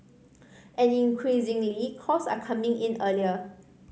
and increasingly calls are coming in earlier